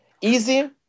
easy